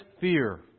fear